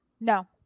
No